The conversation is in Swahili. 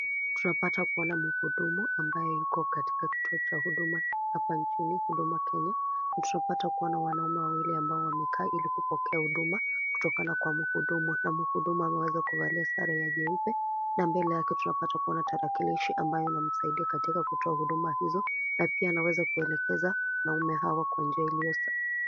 Tunapata kuona mhudumu ambaye yuko katika kituo cha huduma hapa nchini, Huduma Kenya. Na tunapata kuwa kuna wanaume wawili wamekaa Ili kupokea Huduma kutokana kwa mhudumu. Mhudumu ameweza kuvalia sare ya nyeupe na mbele yake tunapata kuona tarakilishi ambayo inamsaidia katika kutoa huduma hizo na pia kuelegeza wanaume hawa kwa njia iliyo sahihi.